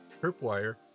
Tripwire